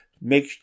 make